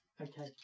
Okay